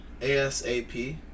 ASAP